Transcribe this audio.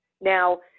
Now